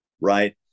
right